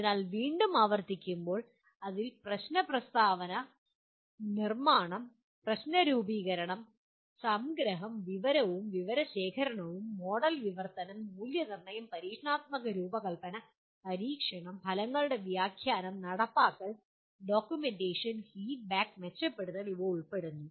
അതിനാൽ വീണ്ടും ആവർത്തിക്കുമ്പോൾ അതിൽ പ്രശ്ന പ്രസ്താവന നിർമാണം പ്രശ്ന രൂപീകരണം സംഗ്രഹം വിവരവും വിവരശേഖരണവും മോഡൽ വിവർത്തനം മൂല്യനിർണ്ണയം പരീക്ഷണാത്മക രൂപകൽപ്പന പരീക്ഷണം ഫലങ്ങളുടെ വ്യാഖ്യാനം നടപ്പാക്കൽ ഡോക്യുമെന്റേഷൻ ഫീഡ്ബാക്ക് മെച്ചപ്പെടുത്തൽ ഇവ ഉൾപ്പെടുന്നു